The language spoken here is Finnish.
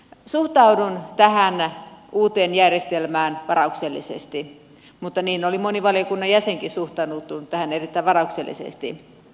suhtaudun tähän uuteen järjestelmään varauksellisesti mutta niin oli moni valiokunnan jäsenkin suhtautunut tähän erittäin varauksellisesti